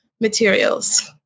Materials